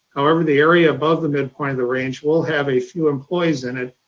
however, the area above the midpoint of the range will have a few employees in it.